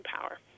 power